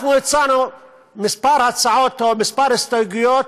אנחנו הצענו כמה הצעות או כמה הסתייגויות,